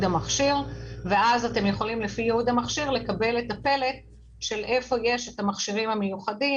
המכשיר ואז אפשר לפי זה לקבל את הפלט איפה יש את המכשירים המיוחדים,